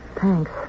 thanks